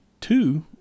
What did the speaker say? two